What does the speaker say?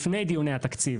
לפני דיוני התקציב,